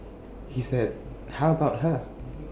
he said how about her